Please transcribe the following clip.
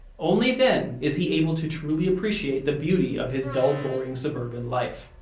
only then is he able to truly appreciate the beauty of his dull, boring, suburban life.